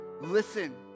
Listen